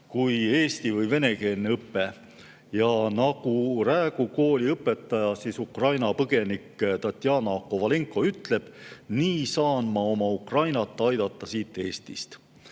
kui eesti‑ või venekeelne õpe. Nagu Räägu kooli õpetaja, Ukraina põgenik Tatjana Kovalenko ütleb: "Nii saan ma oma Ukrainat aidata siit Eestist."